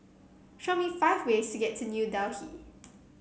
show me five ways to get to New Delhi